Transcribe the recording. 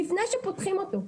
לפני שפותחים אותו.